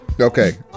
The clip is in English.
Okay